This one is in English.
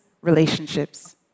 relationships